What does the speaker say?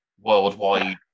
worldwide